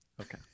Okay